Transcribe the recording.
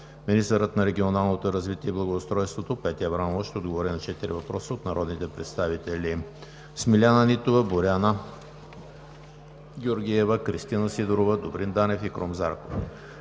министърът на регионалното развитие и благоустройството Петя Аврамова ще отговори на четири въпроса от народните представители Смиляна Нитова; Боряна Георгиева; Кристина Сидорова; Добрин Данев и Крум Зарков.